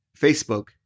Facebook